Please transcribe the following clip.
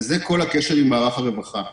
וזה כל הקשר עם מערך הרווחה.